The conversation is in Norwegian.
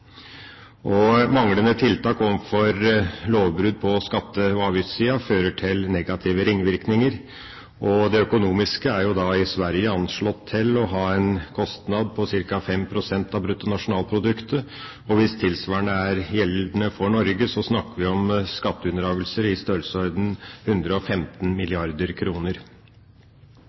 Manglende tiltak overfor lovbrudd på skatte- og avgiftssiden fører til negative ringvirkninger. Det økonomiske er i Sverige anslått til å ha en kostnad på ca. 5 pst. av bruttonasjonalproduktet. Hvis det tilsvarende er gjeldende for Norge, snakker vi om skatteunndragelser i størrelsesorden 115